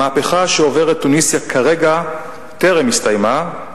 המהפכה שעוברת תוניסיה כרגע טרם הסתיימה,